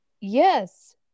Yes